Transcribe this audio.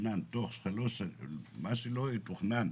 מה שלא יתוכנן